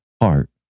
heart